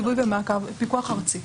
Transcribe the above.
פיקוח ארצי.